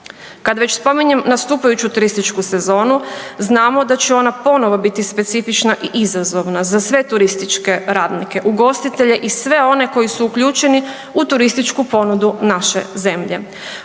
Kad već spominjem nastupajuću turističku sezonu, znamo da će ona ponovno biti specifična i izazovna za sve turističke radnike, ugostitelje i sve one koji su uključeni u turističku ponudu naše zemlje